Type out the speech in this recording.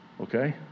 Okay